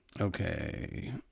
okay